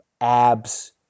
abs